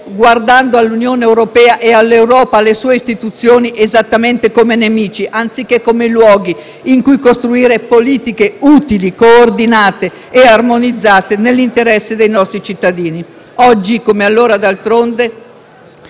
guardando all'Unione europea, all'Europa e alle sue istituzioni esattamente come nemici, anziché come luoghi in cui costruire politiche utili, coordinate e armonizzate nell'interesse dei nostri cittadini. Oggi, come allora, d'altronde,